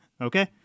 Okay